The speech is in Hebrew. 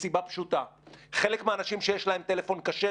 מהסיבה הפשוטה: חלק מהאנשים שיש להם טלפון כשר,